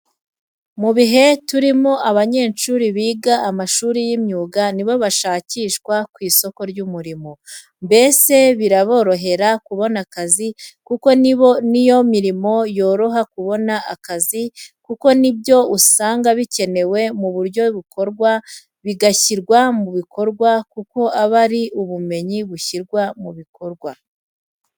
Mu bihe turimo abanyeshuri biga amashuri y'imyuga ni bo bashakishwa ku isoko ry'umurimo, mbese biraborohera kubona akazi kuko ni yo mirimo yoroha kubona akazi kuko ni byo usanga bikenerwa mu buryo bukorwa bigashyirwa mu bikorwa kuko aba ari ubumenyi bushyirwa mu bikorwa.